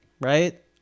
right